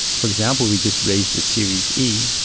for example, we just raised a series e,